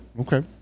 Okay